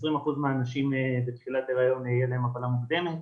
אצל 20% מהנשים בתחילת היריון תהיה להן הפלה מוקדמת,